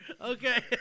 Okay